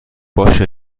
باشه